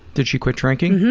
did she quit drinking?